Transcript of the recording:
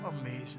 amazing